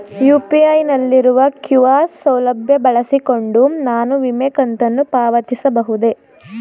UPI ನಲ್ಲಿರುವ QR ಸೌಲಭ್ಯ ಬಳಸಿಕೊಂಡು ನಾನು ವಿಮೆ ಕಂತನ್ನು ಪಾವತಿಸಬಹುದೇ?